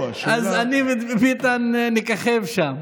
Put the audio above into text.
אני וביטן נככב שם.